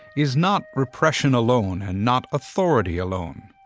is not repression alone and not authority alone,